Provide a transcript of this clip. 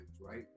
right